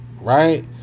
right